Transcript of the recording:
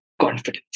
confidence